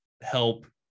help